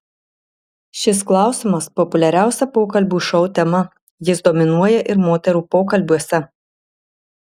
šis klausimas populiariausia pokalbių šou tema jis dominuoja ir moterų pokalbiuose